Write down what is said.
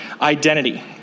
identity